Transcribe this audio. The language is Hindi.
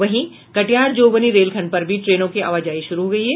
वहीं कटिहार जोगबनी रेलखंड पर भी ट्रेनों की आवाजाही शुरू हो गयी है